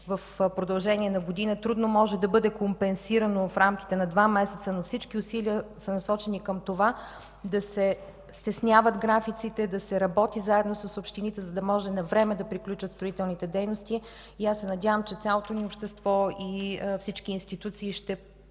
в продължение на година, трудно може да бъде компенсирано в рамките на два месеца, но всички усилия са насочени към това да се стесняват графиците, да се работи заедно с общините, за да може навреме да приключат строителните дейности. Аз се надявам, че цялото ни общество, всички институции ще